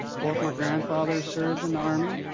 both my grandfather served in the army